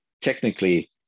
technically